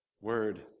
word